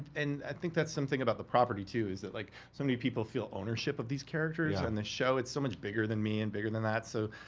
and i think that's something about the property too, is that like, so many people feel ownership of these characters. and the show, it's so much bigger than me and bigger than that. so,